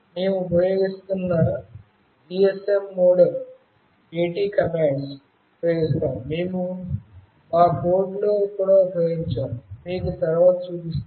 మేము ఉపయోగిస్తున్న GSM modem AT commands ఉపయోగిస్తాము మేము మా కోడ్లో కూడా ఉపయోగించాము మీకు తరువాత చూపిస్తాం